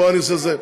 פה אני עושה זה.